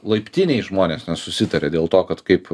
laiptinėj žmonės nesusitaria dėl to kad kaip